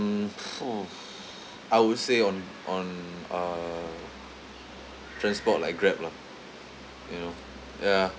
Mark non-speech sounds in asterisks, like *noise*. um *noise* !fuh! I would say on on uh transport like Grab lah you know ya